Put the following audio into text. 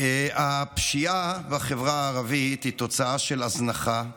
הפשיעה בחברה הערבית היא תוצאה של הזנחה.